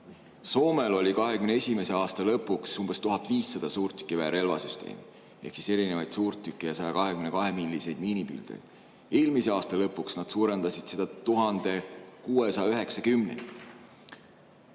Soomel oli 2021. aasta lõpuks umbes 1500 suurtükiväe relvasüsteemi ehk erinevaid suurtükke ja 122‑milliseid miinipildujaid. Eelmise aasta lõpuks nad suurendasid seda arvu